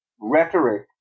rhetoric